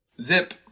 Zip